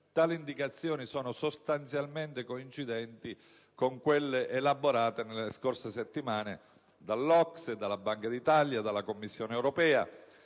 Tali indicazioni sono sostanzialmente coincidenti con quelle elaborate nelle scorse settimane dall'OCSE, dalla Banca d'Italia e dalla Commissione europea,